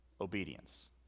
obedience